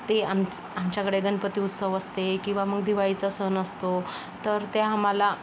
ते आमच्या आमच्याकडे गणपती उत्सव असते किंवा मग दिवाळीचा सण असतो तर ते आम्हाला